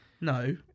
No